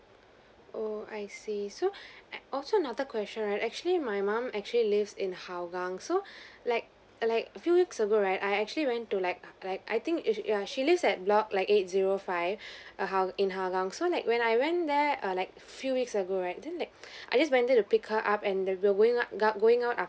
oh I see so also another question right actually my mom actually lives in hougang so like like a few weeks ago right I actually went to like like I think she err she lives at block like eight zero five err hou~ in hougang so like when I went there err like few weeks ago right then like I just went there to pick her up and then we going out out going out after